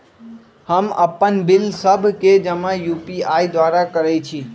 हम अप्पन बिल सभ के जमा यू.पी.आई द्वारा करइ छी